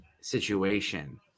situation